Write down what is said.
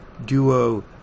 duo